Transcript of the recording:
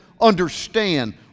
understand